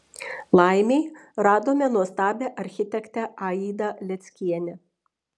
laimei radome nuostabią architektę aidą leckienę